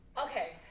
Okay